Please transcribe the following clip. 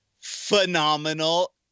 phenomenal